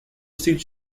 street